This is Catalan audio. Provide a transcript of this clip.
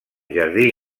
jardí